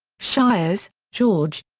shiers, george.